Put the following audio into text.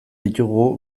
ditugu